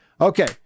Okay